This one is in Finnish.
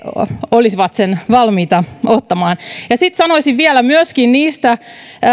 olisivat sen valmiita ottamaan sitten sanoisin vielä myöskin niistä